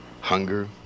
Hunger